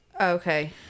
Okay